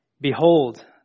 Behold